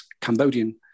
Cambodian